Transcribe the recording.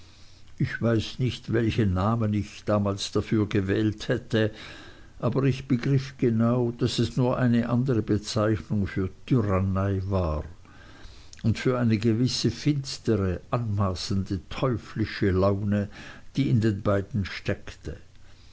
ich weiß nicht welchen namen ich damals dafür gewählt hätte aber ich begriff genau daß es nur eine andre bezeichnung für tyrannei war und für eine gewisse finstere anmaßende teuflische laune die in den beiden steckte